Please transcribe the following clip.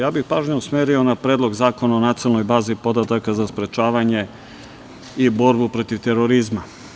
Ja bih pažnju usmerio na Predlog zakona o nacionalnoj bazi podataka za sprečavanje i borbu protiv terorizma.